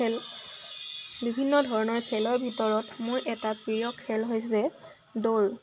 খেল বিভিন্ন ধৰণৰ খেলৰ ভিতৰত মোৰ এটা প্ৰিয় খেল হৈছে দৌৰ